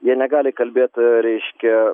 jie negali kalbėt reiškia